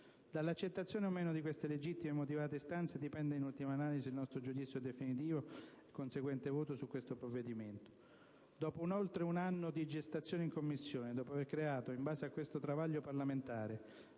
Dall'accettazione o meno di queste legittime e motivate istanze dipende, in ultima analisi, il nostro giudizio definitivo (e il conseguente voto) su questo provvedimento. Dopo oltre un anno di gestazione in Commissione e dopo aver creato, in base a questo travaglio parlamentare,